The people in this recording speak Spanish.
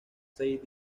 seis